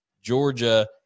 Georgia